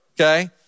okay